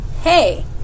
Hey